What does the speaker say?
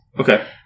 Okay